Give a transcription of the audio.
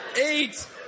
eight